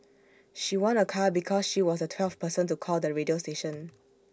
she won A car because she was the twelfth person to call the radio station